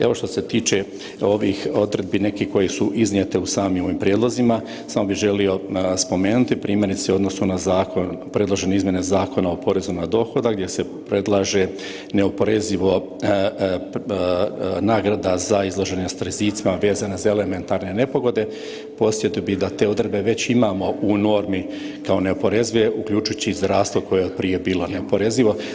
Evo što se tiče ovih odredbi nekih koje su iznijete u samim ovim prijedlozima, samo bi želio spomenuti primjerice u odnosu na predložene izmjene Zakona o porezu na dohodak gdje se predlaže neoporezivo nagrada za izloženost rizicima vezane za elementarne nepogode, podsjetio bih da te odredbe već imamo u normi kao neoporezive uključujući i zdravstvo koje je od prije bilo neoporezivo.